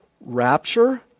Rapture